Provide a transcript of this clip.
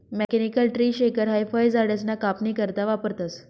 mechanical tree shaker हाई फयझाडसना कापनी करता वापरतंस